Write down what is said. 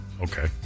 okay